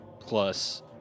Plus